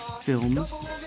films